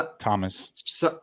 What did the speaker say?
Thomas